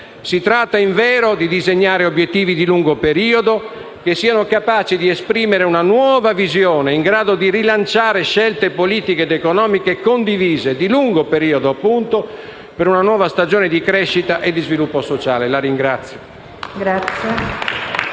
Si tratta, invero, di disegnare obiettivi di lungo periodo, che siano capaci di esprimere una nuova visione, in grado di rilanciare scelte politiche ed economiche condivise, di lungo periodo appunto, per una nuova stagione di crescita e di sviluppo sociale*. (Applausi